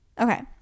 okay